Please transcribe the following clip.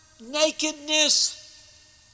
nakedness